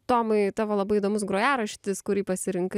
tomai tavo labai įdomus grojaraštis kurį pasirinkai